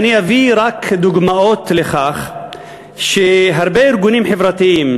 אני אביא רק דוגמאות לכך שהרבה ארגונים חברתיים,